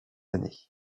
années